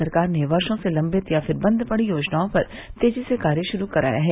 सरकार ने वर्षो से लम्बित या फिर बंद पड़ी योजनाओं पर तेजी से कार्य शुरू कराया है